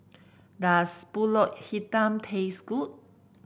does pulut Hitam taste good